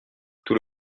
tout